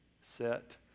set